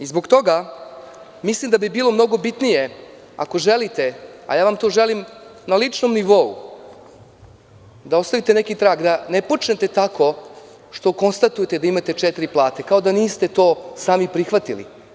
Zbog toga mislim da bi bilo mnogo bitnije, ako želite, a ja vam to želim na ličnom nivou, da ostavite neki trag, da ne počnete tako što konstatujete da imate četiri plate, kao da niste to sami prihvatili.